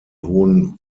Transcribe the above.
hohen